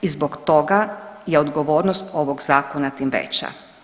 I zbog toga je odgovornost ovog zakon tim veća.